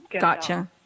Gotcha